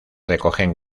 recogen